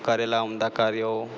કરેલા ઉમદા કાર્યો